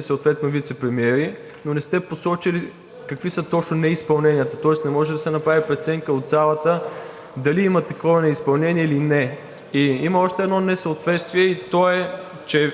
съответно вицепремиери, но не сте посочили какви са точно неизпълненията. Тоест не може да се направи преценка от залата дали има такова неизпълнение или не. Има още едно несъответствие и то е, че